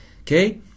okay